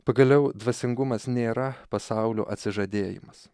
pagaliau dvasingumas nėra pasaulio atsižadėjimas